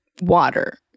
water